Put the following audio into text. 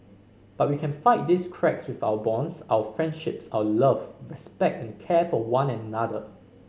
but we can fight these cracks with our bonds our friendships our love respect and care for one another